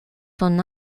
son